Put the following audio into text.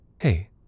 Hey